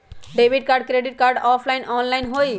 Debit card credit card offline online होई?